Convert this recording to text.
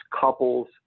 couples